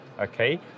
okay